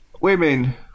women